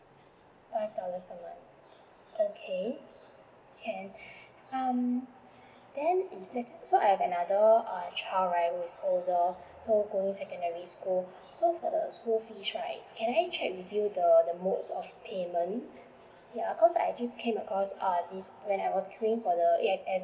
five dollar per month okay can um then if lets say so I have another uh child right going secondary school so for the school fees right can I check with you the the mode of payment ya cause I actually came across uh this when when I was queuing for the A_X_S